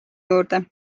juurde